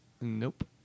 Nope